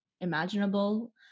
imaginable